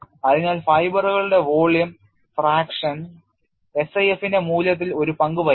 അതിനാൽ fibre കളുടെ volume fraction SIF ന്റെ മൂല്യത്തിൽ ഒരു പങ്കു വഹിക്കുന്നു